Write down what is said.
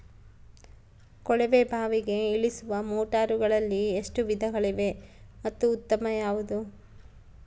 ಕೊಳವೆ ಬಾವಿಗೆ ಇಳಿಸುವ ಮೋಟಾರುಗಳಲ್ಲಿ ಎಷ್ಟು ವಿಧಗಳಿವೆ ಮತ್ತು ಉತ್ತಮ ಯಾವುದು?